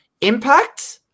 Impact